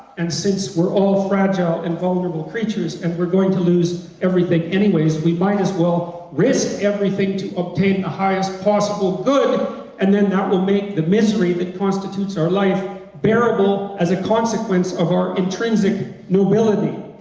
and since we're all fragile and vulnerable creatures, and we're going to lose everything anyway, we might as well risk everything to obtain the highest possible good, and then that would make the misery that constitutes our life bearable as a consequence of our intrinsic nobility.